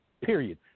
period